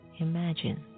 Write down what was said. imagine